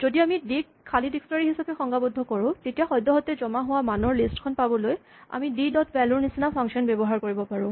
যদি আমি ডি ক খালী ডিক্সনেৰী হিচাপে সংজ্ঞাবদ্ধ কৰোঁ তেতিয়া সদ্যহতে জমা হোৱা মানৰ লিষ্ট খন পাবলৈ আমি ডি ডট ভ্যেলু ৰ নিচিনা ফাংচন ব্যৱহাৰ কৰিব পাৰোঁ